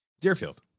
deerfield